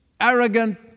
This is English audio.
arrogant